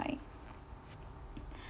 like